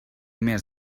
més